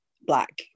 black